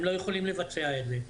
הם לא יכולים לבצע את זה.